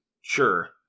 sure